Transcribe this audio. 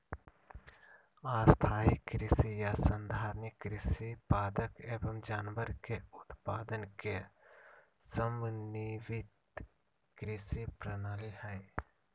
स्थाई कृषि या संधारणीय कृषि पादप एवम जानवर के उत्पादन के समन्वित कृषि प्रणाली हई